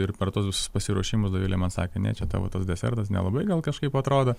ir per tuos pasiruošimus dovilė man sakė ne čia tavo tas desertas nelabai gal kažkaip atrodo